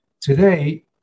today